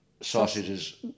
sausages